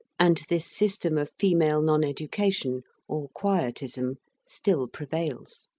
and this system of female non-education or quietism still prevails.